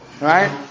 Right